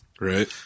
right